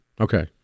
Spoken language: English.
Okay